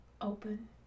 open